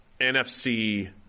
NFC